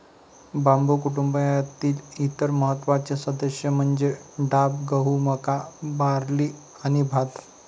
बांबू कुटुंबातील इतर महत्त्वाचे सदस्य म्हणजे डाब, गहू, मका, बार्ली आणि भात